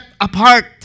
apart